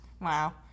Wow